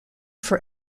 for